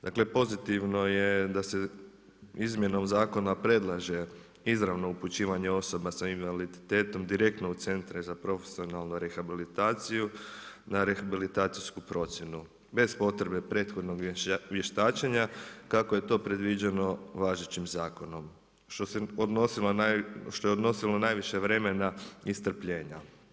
Dakle, pozitivno je da se izmjenom zakona predlaže izravno upućivanje osoba s invaliditetom direktno u centre za profesionalnu rehabilitaciju na rehabilitacijsku procjenu bez potrebe prethodnog vještačenja kako je to predviđeno važećim zakonom što je odnosilo najviše vremena i strpljenja.